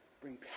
bring